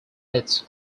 its